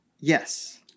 Yes